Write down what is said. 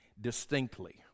distinctly